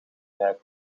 rijdt